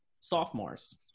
sophomores